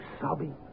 sobbing